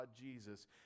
Jesus